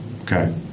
Okay